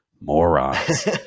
morons